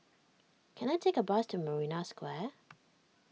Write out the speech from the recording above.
can I take a bus to Marina Square